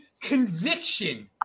Conviction